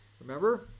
Remember